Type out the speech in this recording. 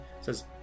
Says